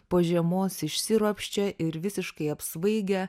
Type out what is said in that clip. po žiemos išsiropščia ir visiškai apsvaigę